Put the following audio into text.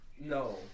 no